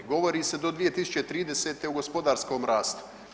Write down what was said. Govori se do 2030. o gospodarskom rastu.